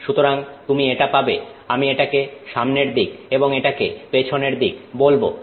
সুতরাং তুমি এটা পাবে আমি এটাকে সামনের দিক এবং এটাকে পেছনের দিক বলবো